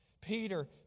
Peter